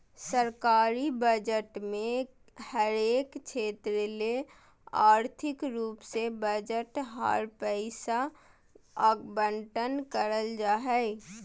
सरकारी बजट मे हरेक क्षेत्र ले आर्थिक रूप से बजट आर पैसा आवंटन करल जा हय